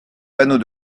panneau